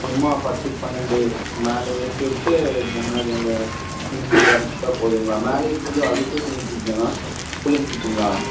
சும்மா பத்துக்கு பன்னெரெண்டு மேலே எழுப்பிவுட்டு முன்னாடி அந்த போதுங்களா மேலேயும் ஃபுல்லும் அதுக்கும் சிங்கிள் சீட் தானா கூலிங் சீட்டுங்களா